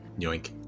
Yoink